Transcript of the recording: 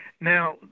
Now